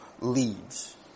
leads